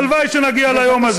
הלוואי שנגיע ליום הזה,